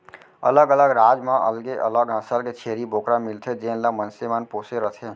अलग अलग राज म अलगे अलग नसल के छेरी बोकरा मिलथे जेन ल मनसे मन पोसे रथें